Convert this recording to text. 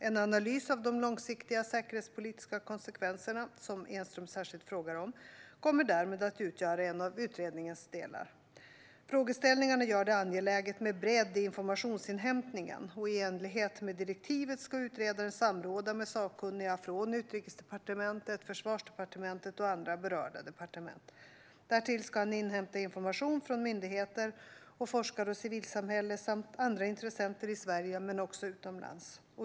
En analys av de långsiktiga säkerhetspolitiska konsekvenserna, som Enström särskilt frågar om, kommer därmed att utgöra en av utredningens delar. Frågeställningarna gör det angeläget med bredd i informationsinhämtningen. I enlighet med direktivet ska utredaren samråda med sakkunniga från Utrikesdepartementet, Försvarsdepartementet och andra berörda departement. Därtill ska han inhämta information från myndigheter och forskar och civilsamhälle samt andra intressenter i Sverige men också utomlands.